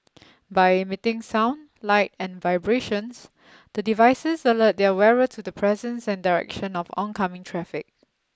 by emitting sound light and vibrations the devices alert their wearer to the presence and direction of oncoming traffic